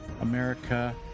America